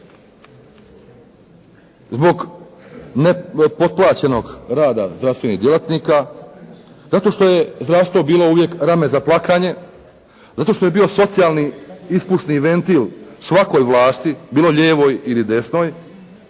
Zbog potplaćenog rada zdravstvenih djelatnika, zato što je zdravstvo bilo uvijek rame za plakanje, zato što je bio socijalni ispušni ventil svakoj vlasti bilo lijevoj ili desnoj.